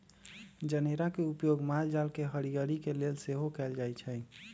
जनेरा के उपयोग माल जाल के हरियरी के लेल सेहो कएल जाइ छइ